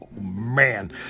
Man